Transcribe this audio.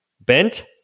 bent